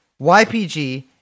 YPG